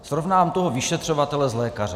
Srovnám toho vyšetřovatele s lékařem.